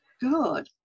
Good